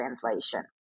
Translation